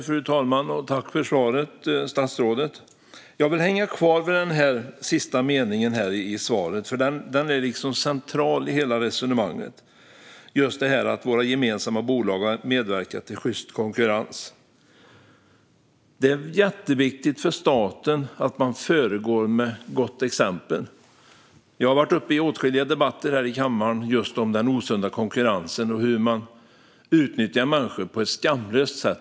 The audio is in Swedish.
Fru talman! Tack för svaret, statsrådet! Jag vill hänga kvar vid den sista meningen i interpellationssvaret, för den är central i hela resonemanget - detta med att våra gemensamma bolag ska medverka till sjyst konkurrens. Det är jätteviktigt att staten föregår med gott exempel. Jag har varit uppe i åtskilliga debatter här i kammaren om den osunda konkurrensen och hur man utnyttjar människor på ett skamlöst sätt.